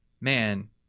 man